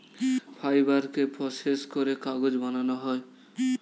ফাইবারকে প্রসেস করে কাগজ বানানো হয়